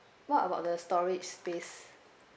what about the storage space